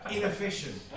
Inefficient